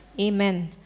Amen